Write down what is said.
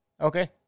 Okay